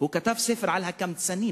והוא כתב ספר על הקמצנים.